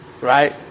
Right